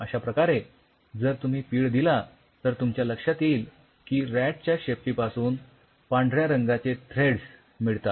अश्या प्रकारे जर तुम्ही पीळ दिला तर तुमच्या लक्षात येईल की रॅट च्या शेपटीपासून पांढऱ्या रंगाचे थ्रेडस मिळतात